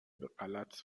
بهغلط